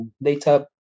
later